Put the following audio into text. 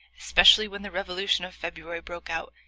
especially when the revolution of february broke out,